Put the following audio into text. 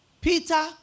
Peter